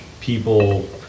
people